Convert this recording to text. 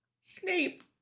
Snape